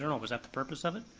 and was that the purpose of it?